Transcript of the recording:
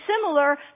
similar